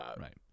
Right